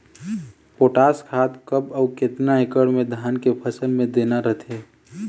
Potash खाद कब अऊ केतना एकड़ मे धान के फसल मे देना रथे?